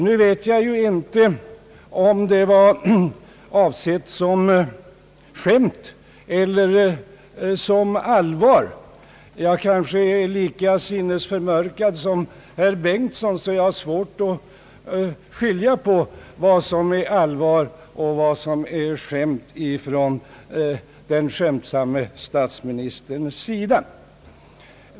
Nu vet jag inte om det var avsett som skämt eller som allvar. Jag kanske är lika sinnesförmörkad som herr Bengtson och sålunda har svårt att skilja på vad som är allvar och vad som är skämt från den skämtsamme statsministens sida.